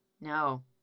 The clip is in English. no